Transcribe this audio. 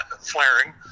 flaring